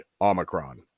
Omicron